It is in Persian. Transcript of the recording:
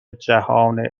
جهان